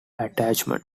attachment